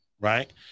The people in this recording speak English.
right